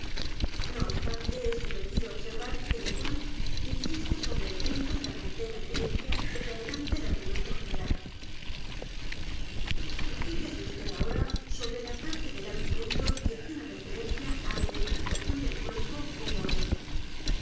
no obstante es divertido observar que vetoile insiste edgar poe novelas y cuentos sobre el punto en la completa creencia de que adelanta i argumento general fíjese vd ahora sobre la parte del argumento que tiene referencia á la identificación del cuerpo con